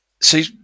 see